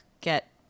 get